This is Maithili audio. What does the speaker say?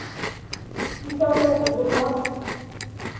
कीसभ लेबहो बोलह